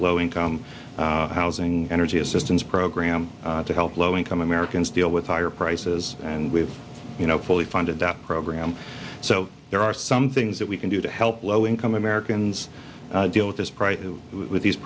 low income housing energy assistance program to help low income americans deal with higher prices and we have you know fully funded that program so there are some things that we can do to help low income americans deal with th